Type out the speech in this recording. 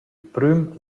prüm